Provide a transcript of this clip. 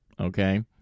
Okay